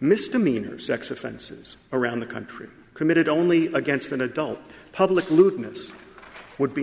misdemeanor sex offenses around the country committed only against an adult public lewdness would be an